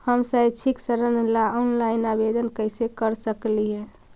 हम शैक्षिक ऋण ला ऑनलाइन आवेदन कैसे कर सकली हे?